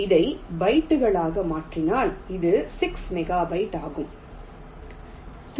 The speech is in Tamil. இதை பைட்டுகளாக மாற்றினால் இது 6 மெகாபைட் ஆகும்